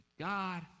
God